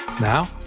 Now